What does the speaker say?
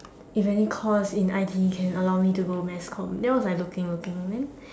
if any course in I_T_E can allow me to go mass com then I was like looking looking then